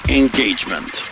engagement